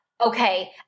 okay